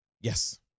Yes